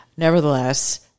Nevertheless